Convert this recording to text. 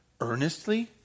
earnestly